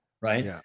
right